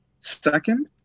Second